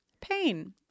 pain